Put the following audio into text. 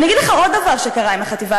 ואני אגיד לך עוד דבר שקרה עם החטיבה